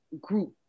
group